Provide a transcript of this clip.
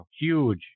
huge